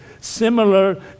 similar